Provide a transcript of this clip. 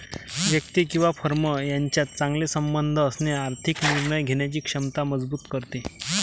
व्यक्ती किंवा फर्म यांच्यात चांगले संबंध असणे आर्थिक निर्णय घेण्याची क्षमता मजबूत करते